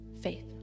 faith